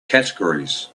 categories